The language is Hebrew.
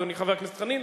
אדוני חבר הכנסת חנין,